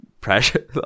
Pressure